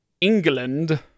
England